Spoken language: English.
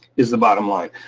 is the bottom line.